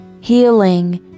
healing